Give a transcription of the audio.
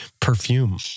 perfume